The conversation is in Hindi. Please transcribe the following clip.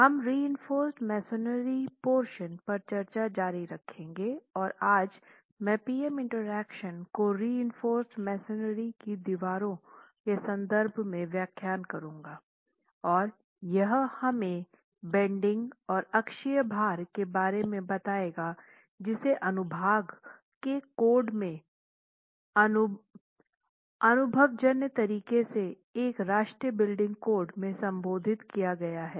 हम रीइंफोर्स्ड मेसनरी पोरशंस पर चर्चा जारी रखेंगे और आज मैं पी एम इंटरैक्शन को रीइंफोर्स्ड मेसनरी की दीवारों के संदर्भ में व्याख्यान करूँगा और यह हमे बेन्डिंग और अक्षीय भार के बारे में बताएगा जिसे अनुभाग के कोड में अनुभवजन्य तरीके से एक राष्ट्रीय बिल्डिंग कोड में संबोधित किया गया है